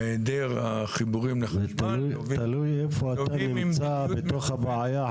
כאילו העדר החיבורים לחשמל נוגעים --- תלוי איפה אתה נמצא בתוך הבעיה,